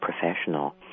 professional